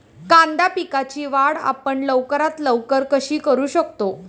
कांदा पिकाची वाढ आपण लवकरात लवकर कशी करू शकतो?